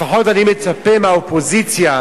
אני מצפה מהאופוזיציה,